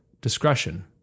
discretion